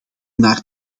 naar